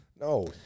no